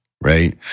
Right